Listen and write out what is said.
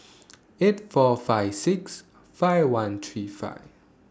eight four five six five one three five